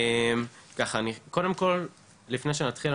קודם כל לפני שנתחיל,